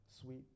sweet